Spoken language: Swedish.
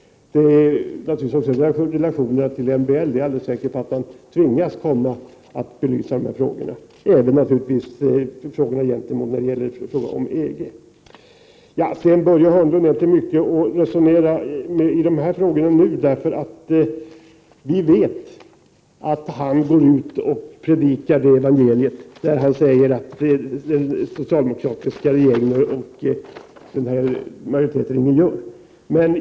Jag är också säker på att man kommer att tvingas belysa relationerna till MBL liksom frågorna om EG. Med Börje Hörnlund är det inte mycket mening att resonera i de här frågorna nu. Vi vet ju att han går ut och predikar det evangeliet, att den socialdemokratiska regeringen och majoriteten ingenting gör.